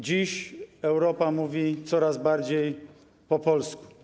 Dziś Europa mówi coraz bardziej po polsku.